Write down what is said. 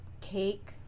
cake